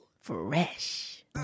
Fresh